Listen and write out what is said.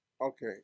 Okay